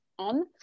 on